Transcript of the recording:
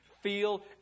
feel